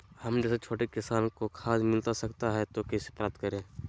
हम जैसे छोटे किसान को खाद मिलता सकता है तो कैसे प्राप्त करें?